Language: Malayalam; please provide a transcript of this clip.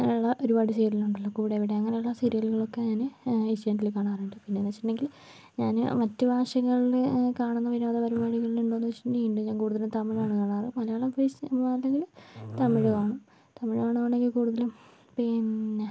അങ്ങനെയുള്ള ഒരുപാട് സീരിയൽ ഉണ്ടല്ലോ കൂടെവിടെ അങ്ങനെയുള്ള സീരിയലുകളൊക്കെ ഞാൻ ഏഷ്യാനെറ്റിൽ കാണാറുണ്ട് പിന്നെ എന്ന് വെച്ചിട്ടുണ്ടെങ്കിൽ ഞാൻ മറ്റ് ഭാഷകളിൽ കാണുന്ന വിനോദ പരിപാടികളുണ്ടോയെന്ന് ചോദിച്ചിട്ടുണ്ടെങ്കിൽ ഉണ്ട് ഞാൻ കൂടുതലും തമിഴാണ് കാണാറ് മലയാളം തമിഴ് കാണും തമിഴ് കാണുകയാണെങ്കിൽ കൂടുതലും പിന്നെ